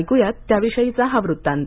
ऐकूया त्याविषयीचा हा वृत्तांत